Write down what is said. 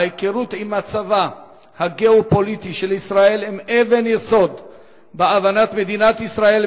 ההיכרות עם מצבה הגיאו-פוליטי של ישראל היא אבן יסוד בהבנת מדינת ישראל.